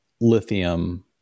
lithium